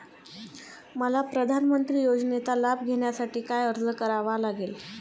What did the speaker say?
मला प्रधानमंत्री योजनेचा लाभ घेण्यासाठी काय अर्ज करावा लागेल?